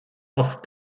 oft